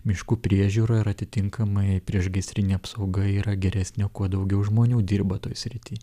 miškų priežiūra ir atitinkamai priešgaisrinė apsauga yra geresnė kuo daugiau žmonių dirba toj srity